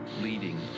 leading